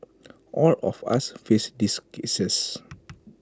all of us face these cases